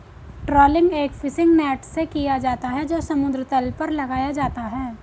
trawling एक fishing net से किया जाता है जो समुद्र तल पर लगाया जाता है